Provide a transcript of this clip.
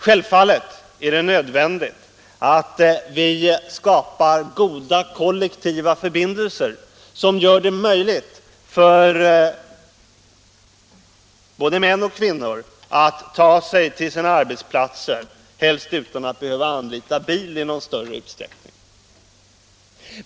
Självfallet är det nödvändigt att vi skapar goda kollektiva förbindelser som gör det möjligt för både män och kvinnor att ta sig till sina arbetsplatser helst utan att behöva anlita bil i någon större utsträckning.